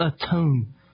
atone